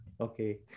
okay